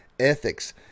ethics